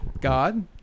God